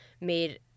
made